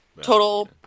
Total